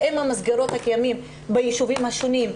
האם המסגרות הקיימות בישובים השונים,